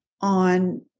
on